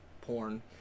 porn